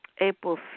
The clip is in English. April